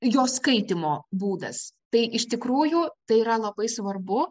jo skaitymo būdas tai iš tikrųjų tai yra labai svarbu